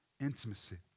intimacy